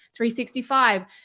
365